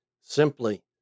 Simply